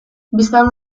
bistan